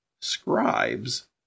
scribes